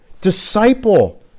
Disciple